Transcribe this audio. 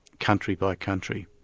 country by country.